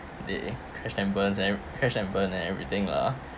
they crash and burn and crash and burn and everything lah